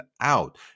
out